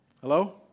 Hello